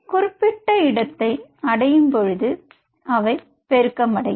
குறிப்பிட்ட இடத்தை அடையும் பொழுது அவை பெருக்கம் அடையும்